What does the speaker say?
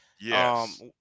Yes